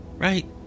Right